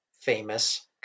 famous